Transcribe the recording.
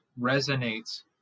resonates